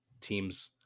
teams